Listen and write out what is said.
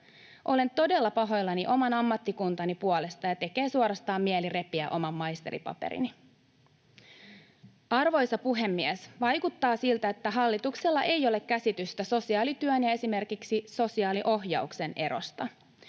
Olen todella pahoillani oman ammattikuntani puolesta, ja tekee suorastaan mieli repiä oma maisterinpaperini. Arvoisa puhemies! Vaikuttaa siltä, että hallituksella ei ole käsitystä sosiaalityön ja esimerkiksi sosiaaliohjauksen erosta.